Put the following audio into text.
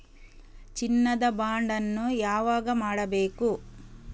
ಚಿನ್ನ ದ ಬಾಂಡ್ ಅನ್ನು ಯಾವಾಗ ಮಾಡಬೇಕು?